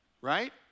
right